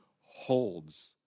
holds